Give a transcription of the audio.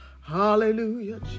Hallelujah